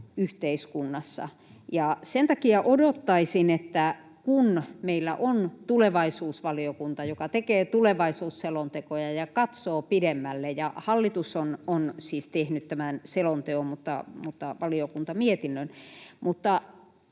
yhteiskunnassa. Sen takia odottaisin, että kun meillä on tulevaisuusvaliokunta, joka tekee tulevaisuusselontekoja ja katsoo pidemmälle — hallitus on siis tehnyt tämän selonteon mutta valiokunta mietinnön —